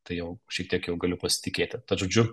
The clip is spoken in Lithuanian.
tai jau šiek tiek jau galiu pasitikėti tad žodžiu